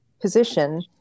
position